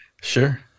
Sure